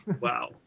Wow